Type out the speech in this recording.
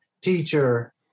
teacher